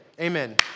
amen